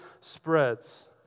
spreads